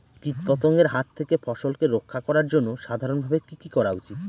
কীটপতঙ্গের হাত থেকে ফসলকে রক্ষা করার জন্য সাধারণভাবে কি কি করা উচিৎ?